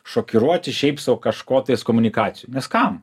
šokiruoti šiaip sau kažkotais komunikacijoj nes kam